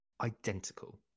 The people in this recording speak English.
identical